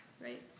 right